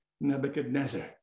Nebuchadnezzar